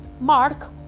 Mark